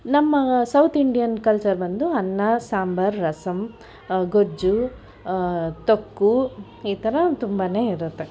ನಮ್ಮ South Indian culture ಬಂದು ಅನ್ನ ಸಾಂಬಾರ್ ರಸಂ ಗೊಜ್ಜು ತೊಕ್ಕು ಈ ಥರ ತುಂಬನೇ ಇರುತ್ತೆ